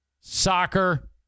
soccer